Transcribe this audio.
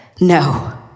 No